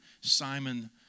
Simon